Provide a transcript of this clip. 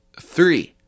three